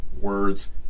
words